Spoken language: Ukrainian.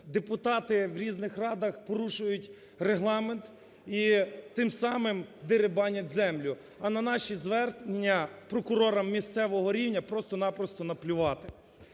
депутати в різних радах порушують регламент і тим самим дерибанять землю. А на наші звернення прокурорам місцевого рівня просто-на-просто наплювати.